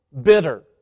bitter